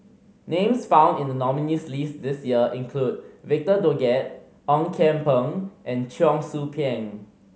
names found in the nominees' list this year include Victor Doggett Ong Kian Peng and Cheong Soo Pieng